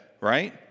right